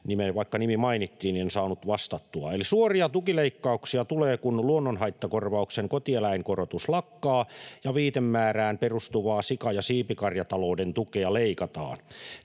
vaikka nimi mainittiin, en saanut vastattua: ”Suoria tukileikkauksia tulee, kun luonnonhaittakorvauksen kotieläinkorotus lakkaa ja viitemäärään perustuvaa sika- ja siipikarjatalouden tukea leikataan.